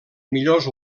millors